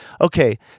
okay